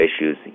issues